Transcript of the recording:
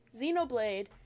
Xenoblade